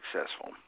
successful